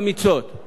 אבל זה לא מפריע,